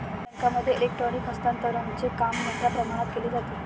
बँकांमध्ये इलेक्ट्रॉनिक हस्तांतरणचे काम मोठ्या प्रमाणात केले जाते